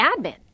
admin